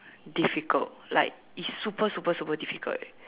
difficult like it's super super super super difficult